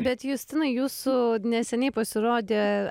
bet justinai jūsų neseniai pasirodė